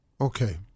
Okay